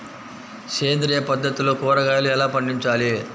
సేంద్రియ పద్ధతిలో కూరగాయలు ఎలా పండించాలి?